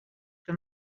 que